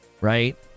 Right